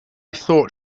thought